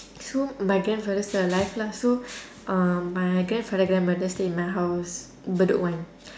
so my grandfather still alive lah so um my grandfather grandmother stay in my house bedok one